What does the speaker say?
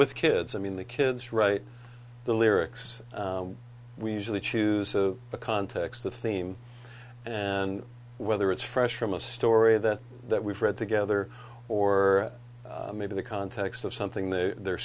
with kids i mean the kids write the lyrics we usually choose the context the theme and whether it's fresh from a story that that we've read together or maybe the context of something the they're